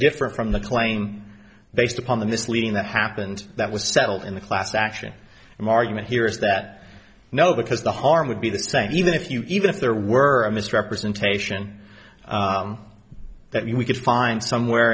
different from the claim based upon the misleading that happened that was settled in the class action i'm argument here is that no because the harm would be the same even if you even if there were a misrepresentation that you could find somewhere